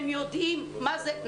הם יודעים מה זה.